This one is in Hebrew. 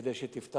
כדי שתפתח